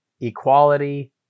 equality